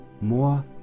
more